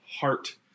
heart